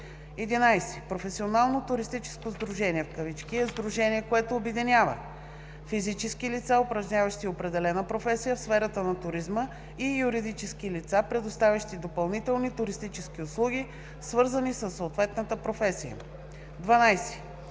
11. „Професионално туристическо сдружение“ е сдружение, което обединява физически лица, упражняващи определена професия в сферата на туризма, и юридически лица, предоставящи допълнителни туристически услуги, свързани със съответната професия. 12.